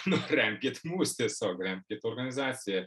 nu remkit mus tiesiog remkit organizaciją